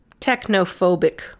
technophobic